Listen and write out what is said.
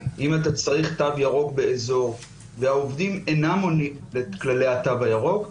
אם אתה צריך תו ירוק באזור והעובדים אינם עונים לכללי התו הירוק,